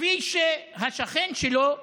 כפי שהשכן היהודי שלו חי.